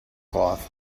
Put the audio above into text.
cloth